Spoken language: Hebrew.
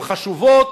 הן חשובות.